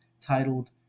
titled